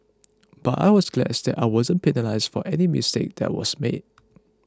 but I was glass that I wasn't penalised for any mistake that was made